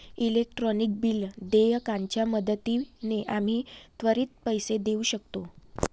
electronic bill देयकाच्या मदतीने आम्ही त्वरित पैसे देऊ शकतो